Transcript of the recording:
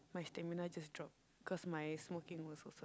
my stamina just drop cause my smoking was also